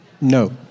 No